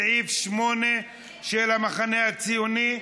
שלי יחימוביץ, סתיו שפיר, איציק שמולי,